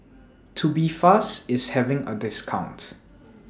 Tubifast IS having A discount